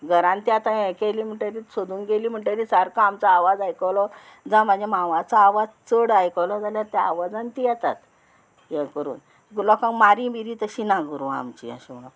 घरान ती आतां हें केली म्हणटकीर सोदून गेली म्हणटगीर सारको आमचो आवाज आयकलो जावं म्हाज्या मांवाचो आवाज चड आयकलो जाल्यार त्या आवाजान ती येतात हें करून लोकांक मारी बिरी तशी ना गो आमची अशें म्हणोन